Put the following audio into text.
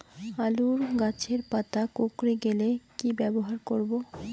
আলুর গাছের পাতা কুকরে গেলে কি ব্যবহার করব?